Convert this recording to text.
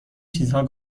چیزها